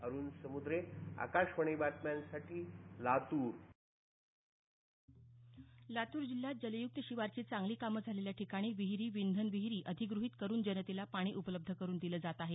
अरूण समुद्रे लातूर लातूर जिल्ह्यात जलयुक्त शिवारची चांगली काम झालेल्या ठिकाणी विहिरी विंधन विहिरी अधिगृहीत करुन जनतेला पाणी उपलब्ध करून दिलं जात आहे